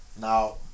Now